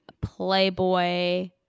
playboy